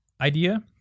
idea